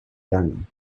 done